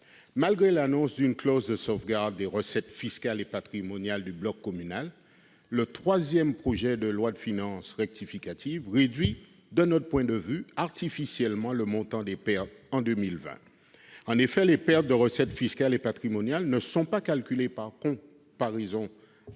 Malgré l'annonce d'une clause de sauvegarde des recettes fiscales et patrimoniales du bloc communal, le troisième projet de loi de finances rectificative tend à réduire artificiellement le montant des pertes en 2020. En effet, les pertes de recettes fiscales et patrimoniales sont calculées par comparaison non